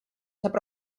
saab